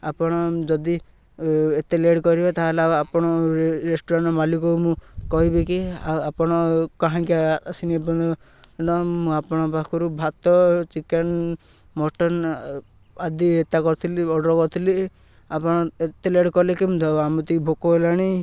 ଆପଣ ଯଦି ଏତେ ଲେଟ୍ କରିବେ ତା'ହେଲେ ଆପଣ ରେଷ୍ଟୁରାଣ୍ଟର ମାଲିକ ମୁଁ କହିବି କିି ଆପଣ କାହିଁକି ମୁଁ ଆପଣଙ୍କ ପାଖରୁ ଭାତ ଚିକେନ ମଟନ ଆଦି ଏତା କରିଥିଲି ଅର୍ଡ଼ର୍ କରିଥିଲି ଆପଣ ଏତେ ଲେଟ୍ କଲେ କେମିତି ହେବ ଆମେ ଟିକେ ଭୋକ ହେଲାଣି